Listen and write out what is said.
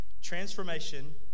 transformation